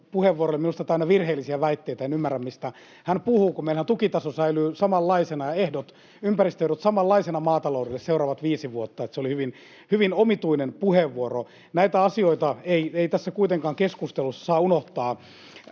minusta täynnä virheellisiä väitteitä. En ymmärrä, mistä hän puhuu, kun meillähän tukitaso säilyy samanlaisena ja ympäristöehdot samanlaisina maataloudelle seuraavat viisi vuotta. Se oli hyvin omituinen puheenvuoro. Näitä asioita ei kuitenkaan tässä keskustelussa saa unohtaa.